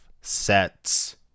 sets